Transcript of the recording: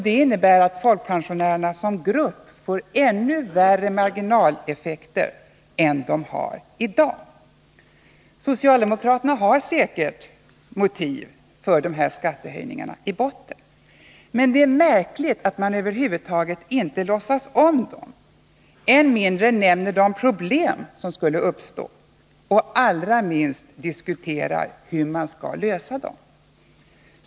Det innebär att folkpensionärerna som grupp drabbas av ännu värre marginaleffekter än nu. Socialdemokraterna har säkerligen motiv för dessa skattehöjningar i botten. Men det är märkligt att man över huvud taget inte låtsas om dem, än mindre nämner de problem som skulle uppstå och allra minst diskuterar hur man skall lösa dem.